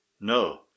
No